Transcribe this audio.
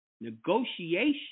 negotiation